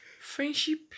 friendship